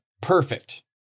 perfect